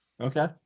Okay